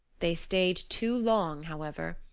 they stayed too long, however.